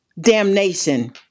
damnation